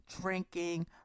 drinking